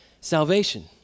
salvation